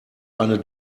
eine